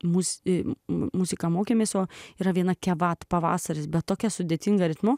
mus į muziką mokėmės o yra viena kevat pavasaris bet tokia sudėtinga ritmu